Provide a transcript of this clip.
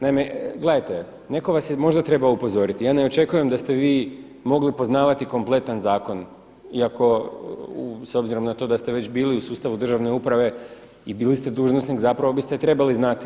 Naime gledajte, netko vas je možda trebao upozoriti, ja ne očekujem da ste vi mogli poznavati kompletan zakon, iako s obzirom na to da ste već bili u sustavu državne uprave i bili ste dužnosnik zapravo biste trebali znati.